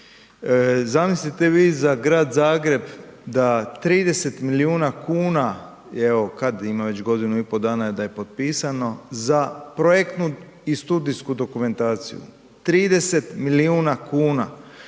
Zamislite vi za grad Zagreb da 30 milijuna kuna je evo kad, ima već godinu i pol dana da je potpisano, za projektnu i studijsku dokumentaciju, 30 milijuna kuna.